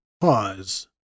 pause